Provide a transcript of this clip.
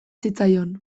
zitzaion